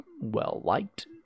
well-liked